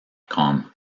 com